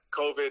COVID